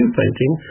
painting